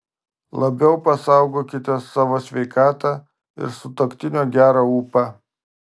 labiau pasaugokite savo sveikatą ir sutuoktinio gerą ūpą